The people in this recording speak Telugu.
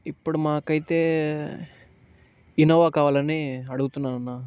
ఇప్పుడు మాకైతే ఇన్నోవా కావాలని అడుగుతున్నామన్నా